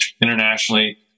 internationally